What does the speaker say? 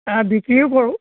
অঁ বিক্ৰীও কৰোঁ